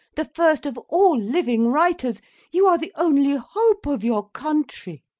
the first of all living writers you are the only hope of your country.